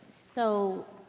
so